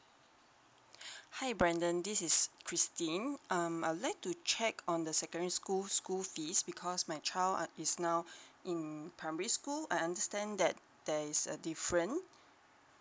hi brandon this is christine um I would like to check on the secondary school school fees because my child is now in primary school I understand that there is a different